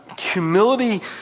humility